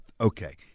Okay